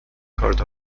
کارت